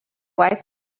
wife